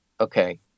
Okay